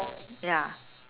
ya